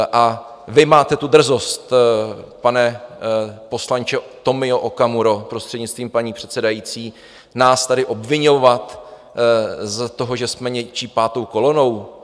A vy máte tu drzost, pane poslanče Tomio Okamuro, prostřednictvím paní předsedající, nás tady obviňovat z toho, že jsme něčí pátou kolonou?